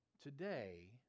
today